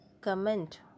comment